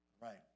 Right